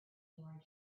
our